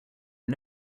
are